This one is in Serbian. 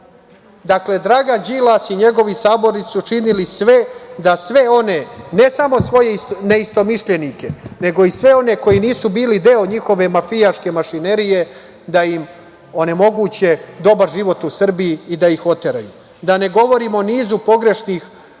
Dakle, Dragan Đilas i njegovi saborci su učinili sve da sve one, ne samo svoje neistomišljenike, nego i sve one koji nisu bili deo njihove mafijaške mašinerije, da im onemoguće dobar život u Srbiji i da ih oteraju. Da ne govorim o nizu politički